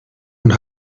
und